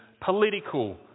political